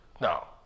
Now